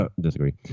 Disagree